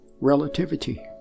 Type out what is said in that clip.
relativity